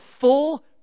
full